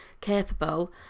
capable